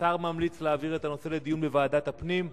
השר מציע להעביר את הנושא לדיון בוועדת הפנים,